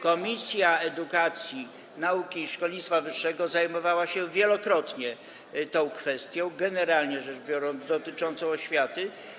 Komisja edukacji, nauki i szkolnictwa wyższego zajmowała się wielokrotnie tą kwestią, generalnie rzecz biorąc, dotyczącą oświaty.